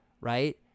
right